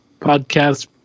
podcast